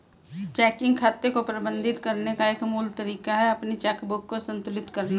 checking खाते को प्रबंधित करने का एक मूल तरीका है अपनी चेकबुक को संतुलित करना